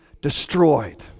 destroyed